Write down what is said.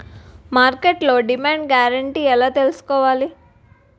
మార్కెట్లో demand guarantee ఎలా తెల్సుకోవాలి?